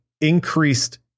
increased